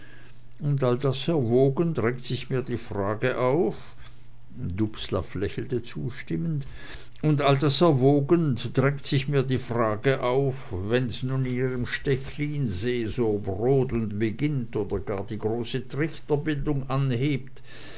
und all das erwogen drängt sich mir die frage auf dubslav lächelte zustimmend und all das erwogen drängt sich mir die frage auf wenn's nun in ihrem stechlinsee zu brodeln beginnt oder gar die große trichterbildung anhebt